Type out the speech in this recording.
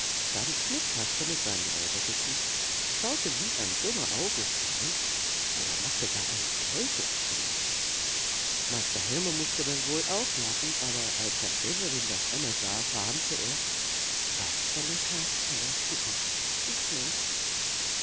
dann schnitt kasperle sein räubergesicht schaute wie ein dummer august drein oder machte gar eine teufelsgrimasse meister helmer mußte dann wohl auch lachen aber als herr severin das einmal sah warnte er kasperle kasperle du verrätst dich noch